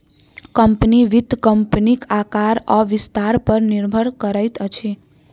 company, वित्त कम्पनीक आकार आ विस्तार पर निर्भर करैत अछि